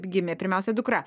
gimė pirmiausia dukra